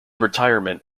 retirement